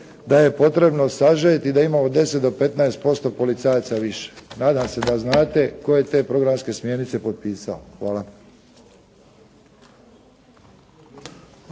da je potrebno sažeti i da imamo 10-15% policajaca više. Nadam se da znate tko je te programske smjernice potpisao. Hvala.